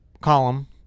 column